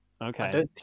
Okay